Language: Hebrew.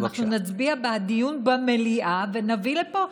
ואנחנו נצביע בעד דיון במליאה ונביא לפה,